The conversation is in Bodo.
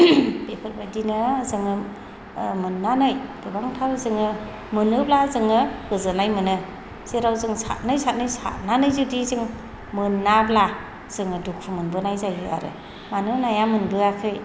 बेफोरबादिनो जोङो मोननानै गोबांथार जोङो मोनोब्ला जोङो गोजोननाय मोनो जेराव जों सानै सानै सारनानै जुदि जों मोनाब्ला जोङो दुखु मोनबोनाय जायो आरो मानो नाया मोनबोआखै